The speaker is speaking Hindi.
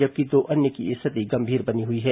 जबकि दो अन्य की स्थिति गंभीर बनी हुई है